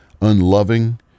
unloving